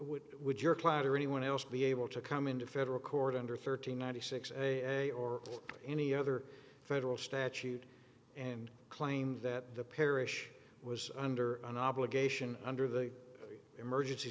have would your client or anyone else be able to come into federal court under thirty ninety six as a or any other federal statute and claimed that the parish was under an obligation under the emergency